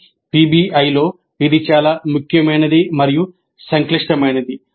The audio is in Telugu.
కానీ పిబిఐలో ఇది చాలా ముఖ్యమైనది మరియు సంక్లిష్టమైనది